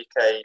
UK